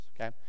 okay